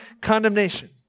condemnation